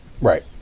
right